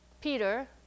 Peter